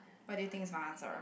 what do you think is my answer